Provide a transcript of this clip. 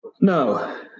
no